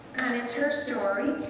it's her story.